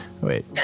Wait